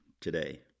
today